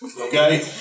okay